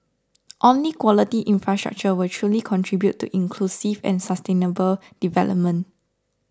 only quality infrastructure will truly contribute to inclusive and sustainable development